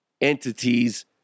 entities